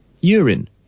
urine